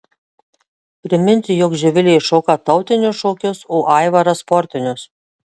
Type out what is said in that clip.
priminsiu jog živilė šoka tautinius šokius o aivaras sportinius